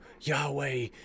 Yahweh